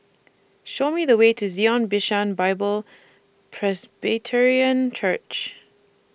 Show Me The Way to Zion Bishan Bible Presbyterian Church